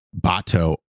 Bato